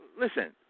listen –